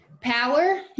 power